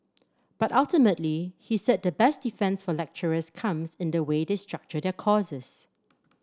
but ultimately he said the best defence for lecturers comes in the way they structure their courses